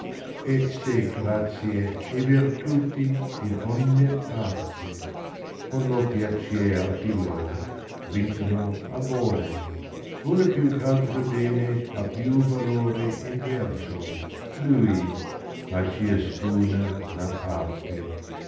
ste grazie e virtuti in onne partey con lo piacer di lor vincono amore una più ch'altra bene ha più valore in verso lui ma ciascuna n ha parte